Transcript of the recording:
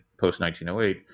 post-1908